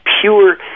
pure